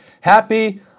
Happy